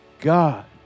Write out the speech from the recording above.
God